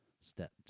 step